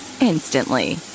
instantly